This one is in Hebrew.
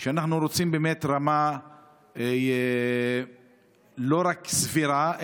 שאנחנו רוצים באמת רמה לא רק סבירה,